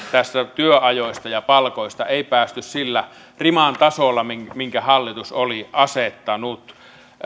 työajoista ja palkoista ei päästy sillä riman tasolla minkä minkä hallitus oli asettanut